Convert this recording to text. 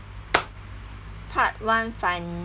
part one